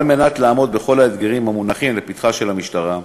כדי לעמוד בכל האתגרים שלפתחה של המשטרה,